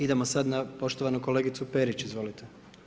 Idemo sad na poštovanu kolegicu Perić, izvolite.